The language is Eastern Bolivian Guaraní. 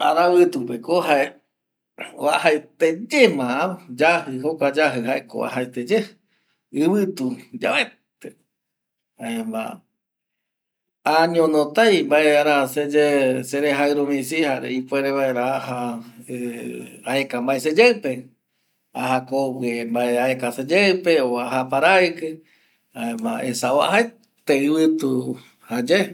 Aravitu pe ko jae uajaete yema yaji, jokua yaji pe ko ivitu yavaete jaema añono tai vae araja se ye serejairu misi, aja vae aeka seyeipe o aja aparaiki esa uajaete ivitu jayae